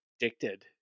addicted